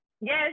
Yes